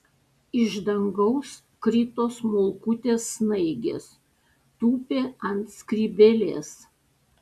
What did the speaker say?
iš dangaus krito smulkutės snaigės tūpė ant skrybėlės